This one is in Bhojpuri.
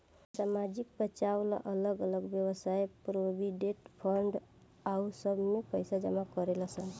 सामाजिक बचाव ला अलग अलग वयव्साय प्रोविडेंट फंड आउर सब में पैसा जमा करेलन सन